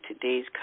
today's